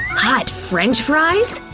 hot french fries!